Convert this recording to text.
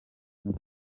muri